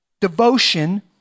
devotion